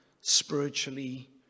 spiritually